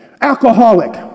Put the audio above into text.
alcoholic